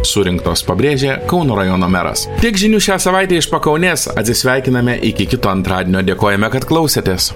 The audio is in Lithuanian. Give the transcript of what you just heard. surinktos pabrėžė kauno rajono meras tiek žinių šią savaitę iš pakaunės atsisveikiname iki kito antradienio dėkojame kad klausėtės